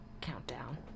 countdown